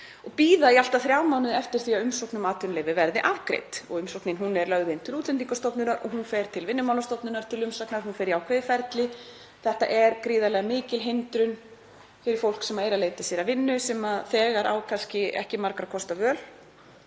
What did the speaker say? og bíða í allt að þrjá mánuði eftir því að umsókn um atvinnuleyfi verði afgreidd. Umsóknin er lögð inn til Útlendingastofnunar og hún fer til Vinnumálastofnunar til umsagnar. Hún fer í ákveðið ferli. Þetta er gríðarlega mikil hindrun fyrir fólk sem er að leita sér að vinnu sem þegar á kannski ekki margra kosta völ